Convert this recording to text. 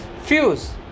fuse